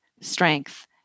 strength